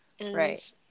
right